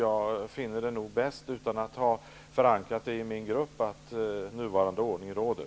Jag finner det bäst, utan att ha förankrat det i min grupp, att nuvarande ordning råder.